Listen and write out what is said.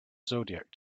zodiac